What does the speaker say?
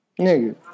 Nigga